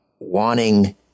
wanting